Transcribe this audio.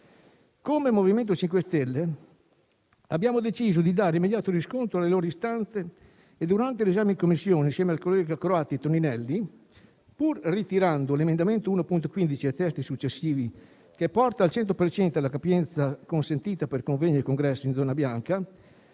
Come MoVimento 5 Stelle abbiamo deciso di dare immediato riscontro alle loro istanze e durante l'esame in Commissione, insieme ai senatori Croatti e Toninelli, pur ritirando l'emendamento 1.15 e i testi successivi, con cui si intendeva portare al 100 per cento la capienza consentita per convegni e congressi in zona bianca,